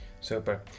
Super